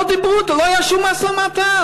לא דיברו אתנו, לא ישבו למשא-ומתן.